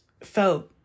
felt